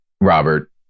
Robert